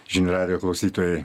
žinių radijo klausytojai